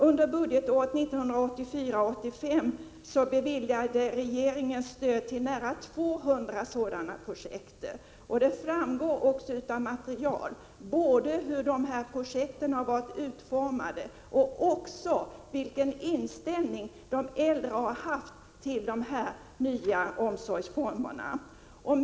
Under budgetåret 1984/85 beviljade regeringen stöd till nära 200 sådana projekt, och det framgår också av tillgängligt material både hur de här projekten har varit utformade och vilken inställning de äldre har haft till de nya omsorgsformerna.